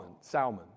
Salmon